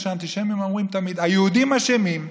מה שהאנטישמים אומרים תמיד: היהודים אשמים.